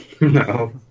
No